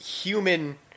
human